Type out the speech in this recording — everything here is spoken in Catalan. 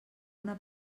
una